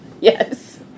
Yes